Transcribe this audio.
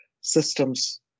systems